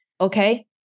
okay